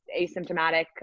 asymptomatic